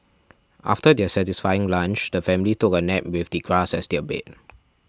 after their satisfying lunch the family took a nap with the grass as their bed